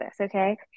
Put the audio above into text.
okay